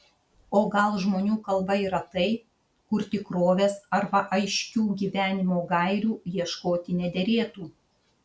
o gal žmonių kalba yra tai kur tikrovės arba aiškių gyvenimo gairių ieškoti nederėtų